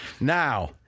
Now